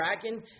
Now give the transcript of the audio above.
dragon